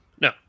No